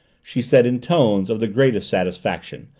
she said in tones of the greatest satisfaction,